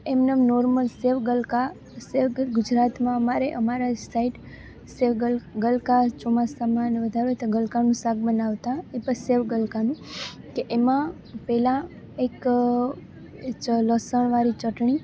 એમ ને એમ નોર્મલ સેવ ગલકાં સેવ કે ગુજરાતમાં મારે અમારાં સાઈડ સેવ ગલકાં ચોમાસામાં ને વધારે વધારે ગલકાંનું શાક બનાવતાં એ પછી સેવ ગલકાંનું કે એમાં પહેલાં એક લસણવાળી ચટણી